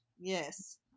Yes